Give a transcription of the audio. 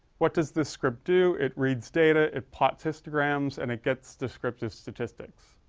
what does this script do? it reads data, it plots histograms, and it gets descriptive statistics.